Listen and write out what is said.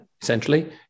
essentially